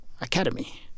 academy